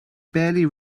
barely